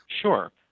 Sure